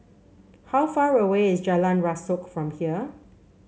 how far away is Jalan Rasok from here